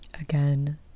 again